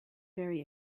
very